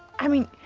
i mean,